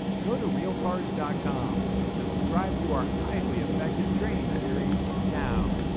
go to realpars dot com and subscribe to our highly effective training series now.